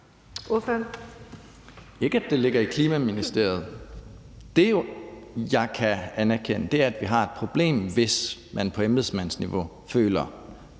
Energi- og Forsyningsministeriet. Det, jeg kan anerkende, er, at vi har et problem, hvis man på embedsmandsniveau føler,